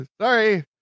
sorry